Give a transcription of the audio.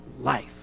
life